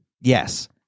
Yes